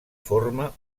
forma